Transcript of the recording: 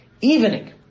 evening